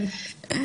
כן.